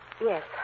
Yes